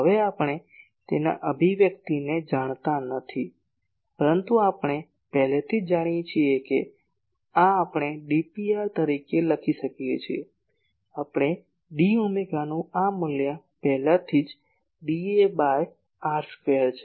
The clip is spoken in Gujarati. હવે આપણે તેના અભિવ્યક્તિને જાણતા નથી પરંતુ આપણે પહેલેથી જ જાણીએ છીએ કે આ આપણે d Pr તરીકે લખી શકીએ છીએ આપણે d ઓમેગાનું આ મૂલ્ય પહેલાથી જ dA બાય r સ્ક્વેર છે